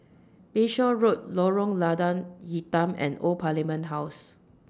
Bayshore Road Lorong Lada Hitam and Old Parliament House